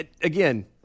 Again